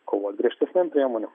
kovot griežtesnėm priemonėm